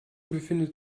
befindet